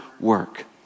work